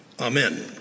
Amen